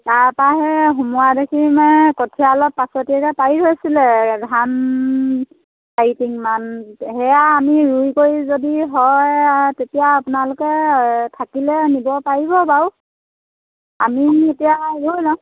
তাৰ পৰাহে সোমোৱা দেখি মানে কঠীয়া অলপ পাছতীয়াকৈ পাৰি থৈছিলে ধান চাৰি টিংমান সেয়া আমি ৰুই কৰি যদি হয় আৰু তেতিয়া আপোনালোকে থাকিলে নিব পাৰিব বাৰু আমি এতিয়া ৰুই লওঁ